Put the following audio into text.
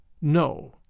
No